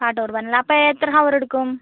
പാട്ട് കുർബാന അല്ലേ അപ്പോൾ എത്ര ഹവർ എടുക്കും